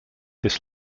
this